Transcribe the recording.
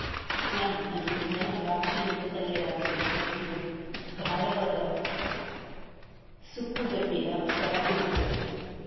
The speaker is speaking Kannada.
ಪ್ಲಮ್ ಅನ್ನು ಒಣ ದ್ರಾಕ್ಷಿ ಎಂದು ಕರೆಯಲಾಗುತ್ತಿದ್ದು ಇದು ಗಾಢವಾದ, ಸುಕ್ಕುಗಟ್ಟಿದ ತರ ಇರ್ತದೆ